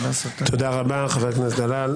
תודה רבה, חבר הכנסת דלל.